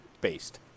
based